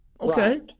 Okay